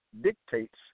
dictates